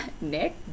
Nick